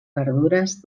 verdures